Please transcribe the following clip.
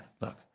look